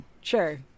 Sure